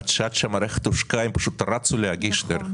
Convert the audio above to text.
עד שהמערכת הושקה, הם היו צריכים לרוץ ולהגיש.